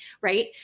right